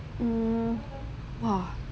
mm !wah!